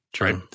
Right